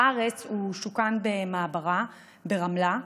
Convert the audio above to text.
בארץ הוא שוכן במעברה ברמלה,